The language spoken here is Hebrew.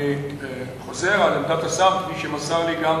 אני חוזר על עמדת השר כפי שמסר לי אותה,